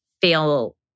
feel